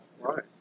Right